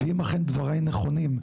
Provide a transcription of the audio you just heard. ואם כן דבריי נכונים,